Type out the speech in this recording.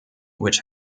which